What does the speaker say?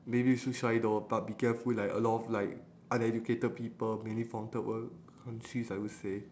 maybe you should try it though but becareful like a lot of like uneducated people mainly from third world countries I would say